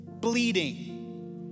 bleeding